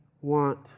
want